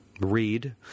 read